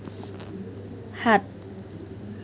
হাত